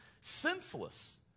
senseless